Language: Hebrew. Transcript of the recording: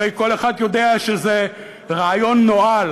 הרי כל אחד יודע שזה רעיון נואל.